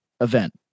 event